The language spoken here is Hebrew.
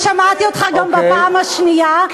שמעתי אותך גם בפעם השנייה,